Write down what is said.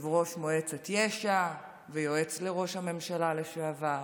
יושב-ראש מועצת יש"ע ויועץ לראש הממשלה לשעבר.